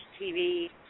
TV